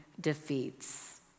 defeats